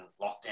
lockdown